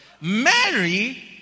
Mary